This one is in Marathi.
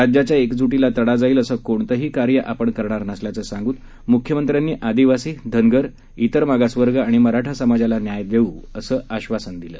राज्याच्या एकजूटीला तडा जाईल असं कोणतंही कार्य आपण करणार नसल्याचं सांगून मुख्यमंत्र्यांनी आदिवासी धनगर इतर मागासवर्ग आणि मराठा समाजाला न्याय देऊ असं आश्वासन दिलं